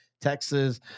Texas